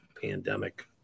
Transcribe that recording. pandemic